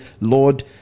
Lord